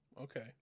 Okay